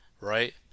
right